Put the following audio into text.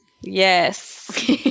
yes